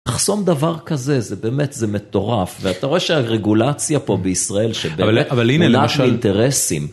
חסום דבר כזה זה באמת זה מטורף ואתה רואה שהרגולציה פה בישראל שבאמת מונעה מאינטרסים.